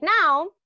now